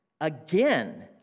Again